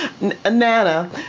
Nana